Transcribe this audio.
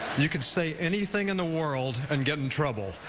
you could say anything in the world and get in trouble.